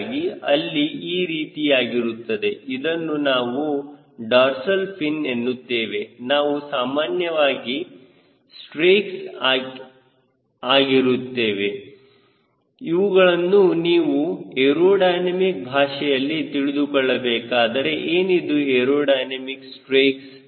ಹೀಗಾಗಿ ಅಲ್ಲಿ ಈ ರೀತಿಯಾಗಿರುತ್ತದೆ ಇದನ್ನು ನಾವು ಡಾರ್ಸಲ್ ಫಿನ್ ಎನ್ನುತ್ತೇವೆ ಇವು ಸಾಮಾನ್ಯವಾಗಿ ಸ್ಟ್ರೇಕ್ಸ್ ಆಗಿರುತ್ತವೆ ಇವುಗಳನ್ನು ನೀವು ಏರೋಡೈನಮಿಕ್ ಭಾಷೆಯಲ್ಲಿ ತಿಳಿದುಕೊಳ್ಳಬೇಕಾದರೆ ಏನಿದು ಏರೋಡೈನಮಿಕ್ ಸ್ಟ್ರೇಕ್ಸ್